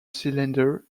cylinder